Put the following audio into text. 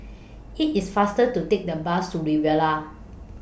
IT IS faster to Take The Bus to Riviera